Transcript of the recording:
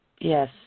Yes